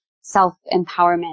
self-empowerment